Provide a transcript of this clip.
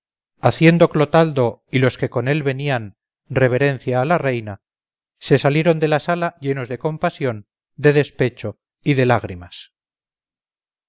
haciendo clotaldo y los que con él venían reverencia a la reina se salieron de la sala llenos de compasión de despecho y de lágrimas